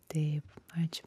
taip ačiū